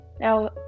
Now